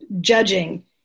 judging